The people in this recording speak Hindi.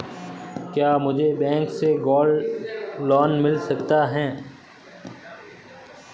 क्या मुझे बैंक से गोल्ड लोंन मिल सकता है?